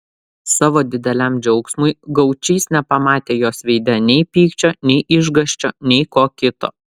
savo dideliam džiaugsmui gaučys nepamatė jos veide nei pykčio nei išgąsčio nei ko kito